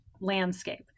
landscape